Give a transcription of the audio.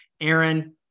Aaron